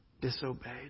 disobeyed